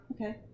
Okay